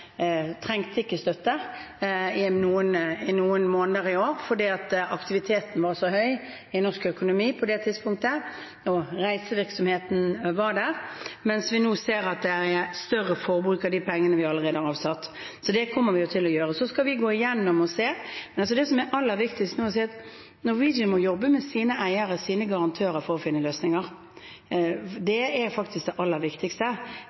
trengte ikke støtte i noen måneder i år fordi aktiviteten var så høy i norsk økonomi på det tidspunktet, og reisevirksomheten var der, mens vi nå ser at det er større forbruk av de pengene vi allerede har avsatt. Så det kommer vi til å gjøre. Så skal vi gå gjennom og se. Men det som er aller viktigst nå, er å si at Norwegian må jobbe med sine eiere, sine garantister, for å finne løsninger. Det er faktisk det aller viktigste.